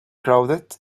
crowded